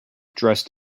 dressed